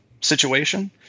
situation